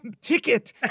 ticket